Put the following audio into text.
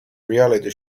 reality